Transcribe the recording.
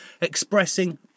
expressing